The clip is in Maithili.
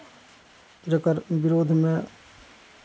जकर विरोधमे